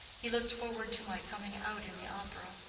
he looked forward to my coming out in the opera.